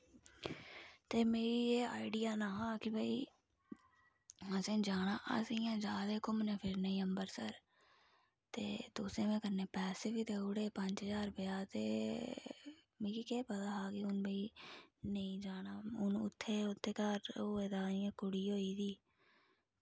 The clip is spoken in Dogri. ते मिगी एह् आईडिया नीं हा कि भाई असें जाना अस इ'यां जा दे घूमने फिरने अम्बरसर ते तुसें में कन्नै पैसे बी देऊड़े पंज्ज हजार रपेआ ते मिगी केह् पता ऐ के हुन भाई नेंई जाना हुन उत्थें उत्त घर होए दा इयां कुड़ी होई दी